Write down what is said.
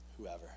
whoever